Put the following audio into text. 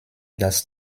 das